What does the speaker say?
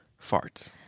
farts